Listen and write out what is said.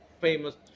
famous